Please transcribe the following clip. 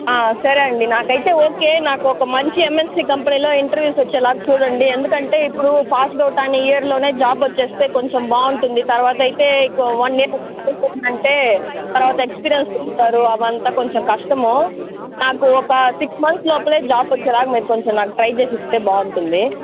సరే అండి నాకైతే ఓకే నాకు ఒక మంచి ఎంఎన్సి కంపెనీలో ఇంటర్వ్యూస్ వచ్చేలా చూడండి ఎందుకంటే ఇప్పుడు పాస్డ్ ఔట్ అయిన ఇయర్లోనే జాబ్ వచ్చేస్తే కొంచెం బాగుంటుంది తర్వాత అయితే వన్ ఇయర్ అంటే తర్వాత ఎక్స్పీరియన్స్ పెడతారు అవంతా కొంచెము కష్టము నాకు ఒక సిక్స్ మంత్స్ లోపలే జాబ్ వచ్చేలాగా మీరు కొంచెం నాకు ట్రై చేసి ఇస్తే బాగుంటుంది